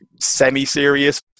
semi-serious